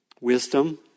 Wisdom